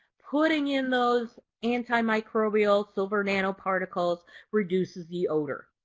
putting in those antimicrobial silver nanoparticles reduces the odor.